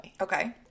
Okay